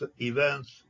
events